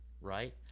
right